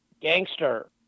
gangster